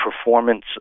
performance